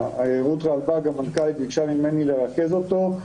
רות רלב"ג המנכ"לית ביקשה ממני לרכז אותו,